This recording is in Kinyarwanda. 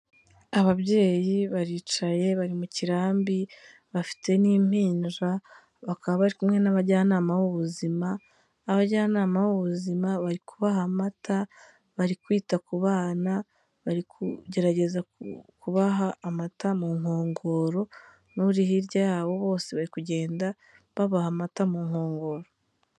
Ababyeyi baricaye bari mu kirambi bafite n'impinja, bakaba bari kumwe n'abajyanama b'ubuzima, abajyanama b'ubuzima bari kubaha amata, bari kwita ku bana, bari kugerageza kubaha amata mu nkongoro, n'uri hirya yabo bose bari kugenda babaha amata mu nkongoro.